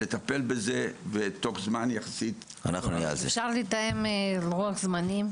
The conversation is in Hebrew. לטפל בזה ותוך זמן יחסית --- אפשר לתאם לוח זמנים?